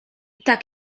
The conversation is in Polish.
tak